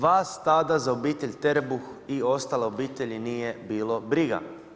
Vas tada za obitelj Terebuh i ostale obitelji nije bilo briga.